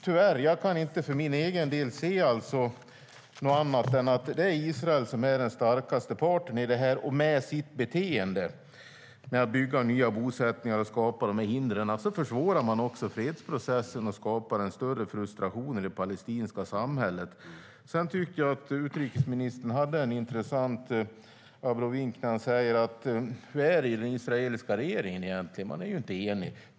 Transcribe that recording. Tyvärr kan jag inte för egen del anse annat än att det är Israel som är den starkaste parten och med sitt beteende, att bygga nya bosättningar och hinder, försvårar de fredsprocessen och skapar en större frustration i det palestinska samhället. Sedan tyckte jag att utrikesministern hade en intressant infallsvinkel när han frågade hur det egentligen är i den israeliska regeringen. De är ju inte eniga.